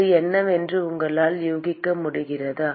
அது என்னவென்று உங்களால் யூகிக்க முடிகிறதா